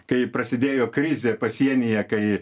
kai prasidėjo krizė pasienyje kai